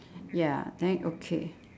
ya then okay